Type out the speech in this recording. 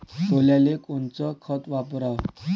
सोल्याले कोनचं खत वापराव?